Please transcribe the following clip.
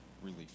relief